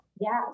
Yes